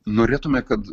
norėtume kad